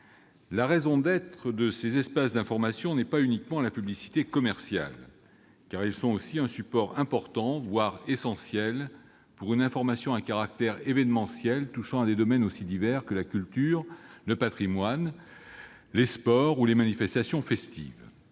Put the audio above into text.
et d'idées. Ces espaces d'information n'ont pas pour unique raison d'être la publicité commerciale ; ils sont aussi un support important, voire essentiel, d'une information à caractère évènementiel, touchant à des domaines aussi divers que la culture, le patrimoine, les sports ou les manifestations festives.